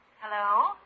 Hello